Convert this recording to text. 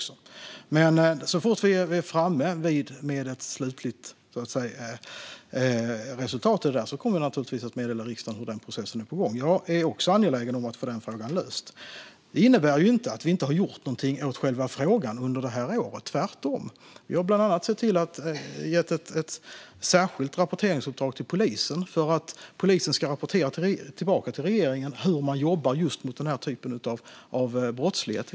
Så fort vi är framme vid ett slutligt resultat kommer vi naturligtvis att meddela riksdagen att processen är på gång. Jag är också angelägen om att få denna fråga löst. Detta innebär dock inte att vi inte har gjort någonting åt själva frågan under året, tvärtom. Vi har bland annat gett ett särskilt rapporteringsuppdrag till polisen om att rapportera tillbaka till regeringen hur man jobbar just mot denna typ av brottslighet.